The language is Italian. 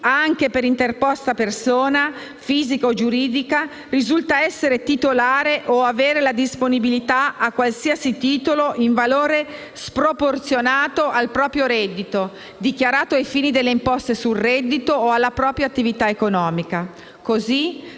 anche per interposta persona fisica o giuridica, risulta essere titolare o avere la disponibilità a qualsiasi titolo in valore sproporzionato al proprio reddito, dichiarato ai fini delle imposte sul reddito, o alla propria attività economica. Così,